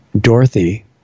dorothy